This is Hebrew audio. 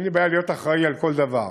אין לי בעיה להיות אחראי לכל דבר.